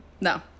no